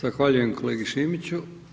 Zahvaljujem kolegi Šimiću.